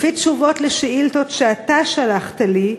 לפי תשובות על שאילתות שאתה שלחת לי,